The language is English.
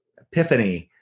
epiphany